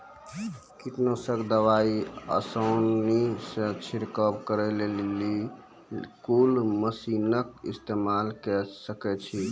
कीटनासक दवाई आसानीसॅ छिड़काव करै लेली लेल कून मसीनऽक इस्तेमाल के सकै छी?